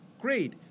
Great